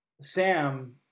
sam